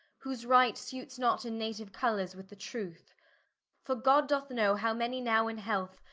whose right sutes not in natiue colours with the truth for god doth know, how many now in health,